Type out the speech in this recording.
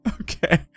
Okay